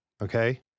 okay